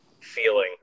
feeling